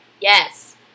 Yes